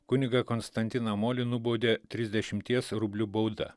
kunigą konstantiną molį nubaudė trisdešimties rublių bauda